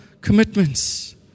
commitments